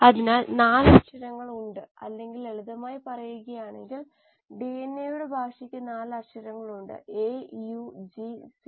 അതിനാൽ 4 അക്ഷരങ്ങൾ ഉണ്ട് അല്ലെങ്കിൽ ലളിതമായി പറയുകയാണെങ്കിൽ ഡിഎൻഎയുടെ ഭാഷയ്ക്ക് 4 അക്ഷരങ്ങളുണ്ട് എ യു ജി സി